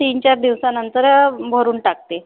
तीन चार दिवसानंतर भरून टाकते